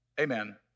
amen